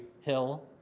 hill